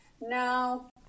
No